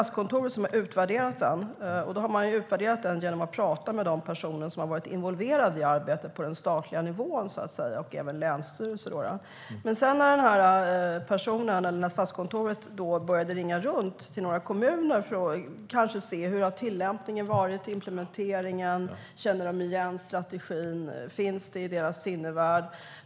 Det har man gjort genom att prata med de personer som har varit involverade i arbetet på den statliga nivån och även länsstyrelser. Statskontoret ringde runt till några kommuner för att höra hur tillämpningen och implementeringen hade varit och om de kände till strategin, om den fanns i deras sinnevärld.